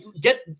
get